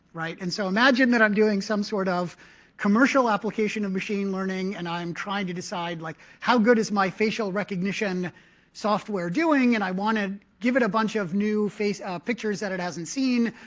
right? and so imagine that i'm doing some sort of commercial application of machine learning, and i am trying to decide, like, how good is my facial recognition software doing? and i want to give it a bunch of new face pictures that it hasn't seen.